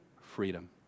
Freedom